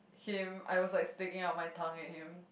him I was like sticking out my thumb at him